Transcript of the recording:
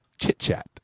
chit-chat